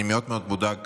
אני מאוד מאוד מודאג